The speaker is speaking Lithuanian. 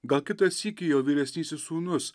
gal kitą sykį jo vyresnysis sūnus